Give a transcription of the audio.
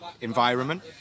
environment